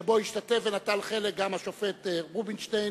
שבו השתתף ונטל חלק גם השופט רובינשטיין,